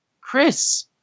Chris